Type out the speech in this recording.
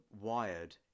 wired